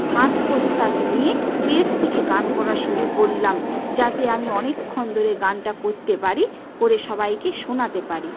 শ্বাসপ্রশ্বাস নিয়ে পেট থেকে গান করা শুরু করলাম যাতে আমি অনেকক্ষণ ধরে গানটা করতে পারি করে সবাইকে শোনাতে পারি